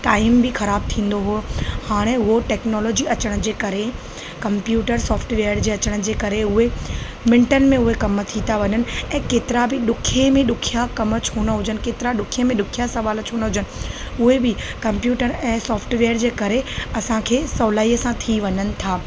time बि ख़राब थींदो हुओ हाणे उहो टेक्नोलॉजी अचण जे करे कंप्यूटर सॉफ्टवेयर जे अचण जे करे उहे मिन्टनि में उहे कम थी था वञनि ऐं केतिरा बि ॾुखे में ॾुखिया कमु छो न हुजनि केतिरा ॾुखे में ॾुखिया सुवाल छो न हुजनि उहे बि कंप्यूटर ऐं सॉफ्टवेयर जे करे असांखे सहुलाईअ सां थी वञनि था